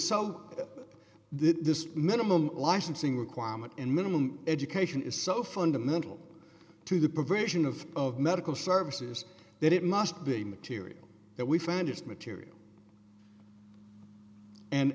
so this minimum licensing requirement and minimum education is so fundamental to the provision of of medical services that it must be material that we found is material and